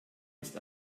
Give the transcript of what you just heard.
ist